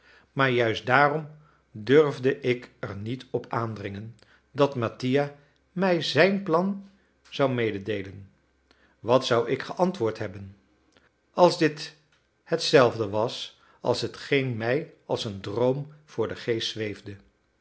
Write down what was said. maar juist daarom durfde ik er niet op aandringen dat mattia mij zijn plan zou mededeelen wat zou ik geantwoord hebben als dit hetzelfde was als hetgeen mij als een droom voor den geest zweefde